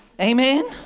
Amen